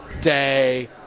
day